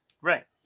Right